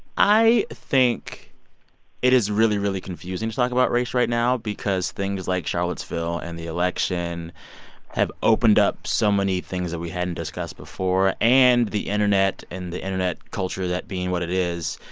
i think it is really, really confusing to talk about race right now because things like charlottesville and the election have opened up so many things that we hadn't discussed before. and the internet and the internet culture, that being what it is,